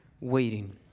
waiting